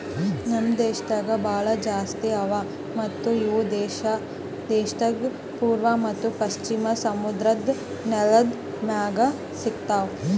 ನಮ್ ದೇಶದಾಗ್ ಭಾಳ ಜಾಸ್ತಿ ಅವಾ ಮತ್ತ ಇವು ದೇಶದ್ ಪೂರ್ವ ಮತ್ತ ಪಶ್ಚಿಮ ಸಮುದ್ರದ್ ನೆಲದ್ ಮ್ಯಾಗ್ ಸಿಗತಾವ್